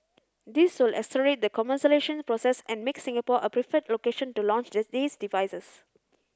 this will accelerate the commercialisation process and make Singapore a preferred location to launch these devices